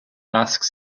asks